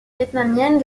vietnamienne